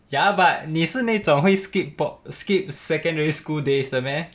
ya but 你是你一种会 skip po~ skip secondary school days 的 meh